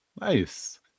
Nice